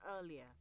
earlier